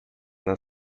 nad